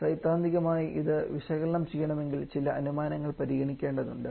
സൈദ്ധാന്തികമായി ഇത് വിശകലനം ചെയ്യണമെങ്കിൽ ചില അനുമാനങ്ങൾ പരിഗണിക്കേണ്ടതുണ്ട്